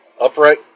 upright